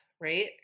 right